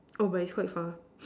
oh but it's quite far